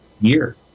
year